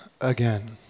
again